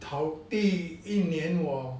头第一年我